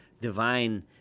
divine